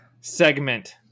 segment